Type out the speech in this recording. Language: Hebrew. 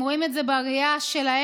הם רואים את זה בראייה שלהם,